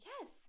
Yes